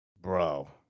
Bro